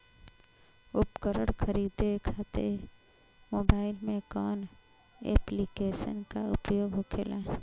उपकरण खरीदे खाते मोबाइल में कौन ऐप्लिकेशन का उपयोग होखेला?